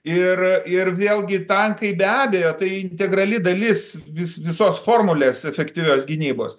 ir ir vėlgi tankai be abejo tai integrali dalis visos formulės efektyvios gynybos